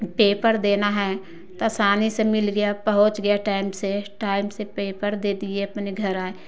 paper देना है तो आसानी से मिल गया पहुंच गया टाइम से टाइम से पेपर दे दिए अपने घर आए